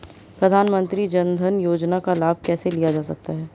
प्रधानमंत्री जनधन योजना का लाभ कैसे लिया जा सकता है?